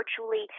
virtually